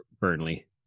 Burnley